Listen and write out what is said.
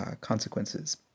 consequences